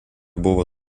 buvo